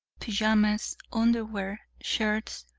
pajamas, underwear, shirts,